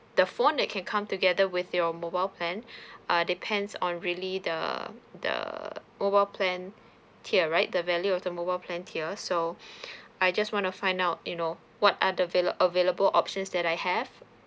the phone that can come together with your mobile plan uh depends on really the the mobile plan tier right the value of the mobile plan tier so I just want to find out you know what are the valu~ available options that I have